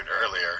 earlier